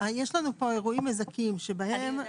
יש לנו פה אירועים מזכים שבהם,